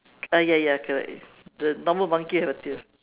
ah ya ya correct the normal monkey have a tail